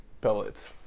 pellets